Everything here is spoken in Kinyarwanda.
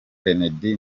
kennedy